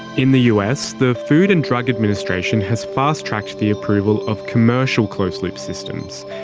in the us, the food and drug administration has fast-tracked the approval of commercial closed-loop systems.